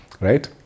right